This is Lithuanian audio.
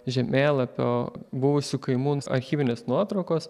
žemėlapio buvusių kaimų archyvinės nuotraukos